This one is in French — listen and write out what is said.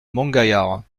montgaillard